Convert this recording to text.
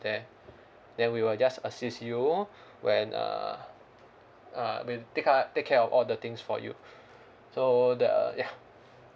there then we will just assist you when uh uh we'll take ca~ take care of all the things for you so the ya